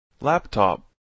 Laptop